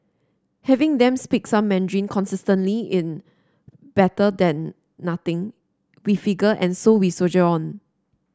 having them speak some Mandarin consistently in better than nothing we figure and so we soldier on